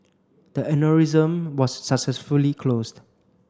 the aneurysm was successfully closed